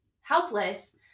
helpless